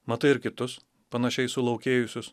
matai ir kitus panašiai sulaukėjusius